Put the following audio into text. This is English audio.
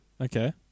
Okay